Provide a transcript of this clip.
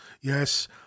Yes